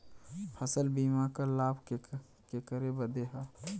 फसल बीमा क लाभ केकरे बदे ह?